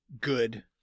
good